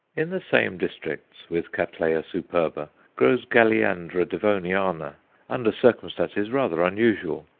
in the same districts with cattleya superba grows galleandra devoniana under circumstances rather unusual.